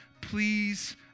please